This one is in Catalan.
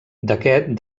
d’aquest